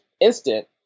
instant